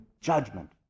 Judgment